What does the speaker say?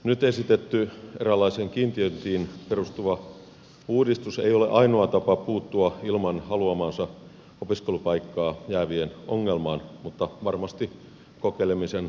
nyt esitetty eräänlaiseen kiintiöintiin perustuva uudistus ei ole ainoa tapa puuttua ilman haluamaansa opiskelupaikkaa jäävien ongelmaan mutta varmasti kokeilemisen arvoinen